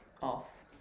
off